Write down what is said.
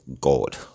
god